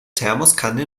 thermoskanne